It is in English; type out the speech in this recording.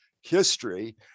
history